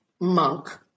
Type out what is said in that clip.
monk